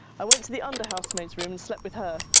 i went to the under-house maid's room and slept with her.